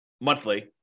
monthly